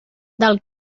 del